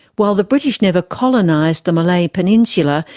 while the british never colonised the malay peninsula,